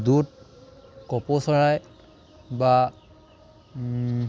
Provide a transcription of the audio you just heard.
দূত কপৌ চৰাই বা